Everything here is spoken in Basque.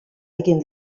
egin